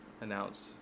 announce